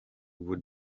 would